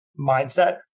mindset